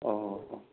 ꯑꯣ